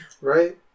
right